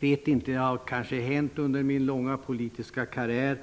Det kanske har hänt under min långa politiska karriär